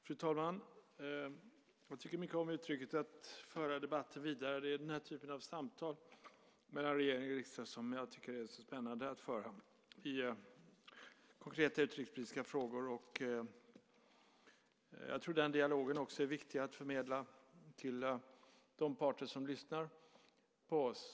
Fru talman! Jag tycker mycket om uttrycket att föra debatten vidare. Det är den här typen av samtal i konkreta utrikespolitiska frågor mellan regering och riksdag som jag tycker är så spännande att föra. Jag tror att den dialogen också är viktig att förmedla till de parter som lyssnar på oss.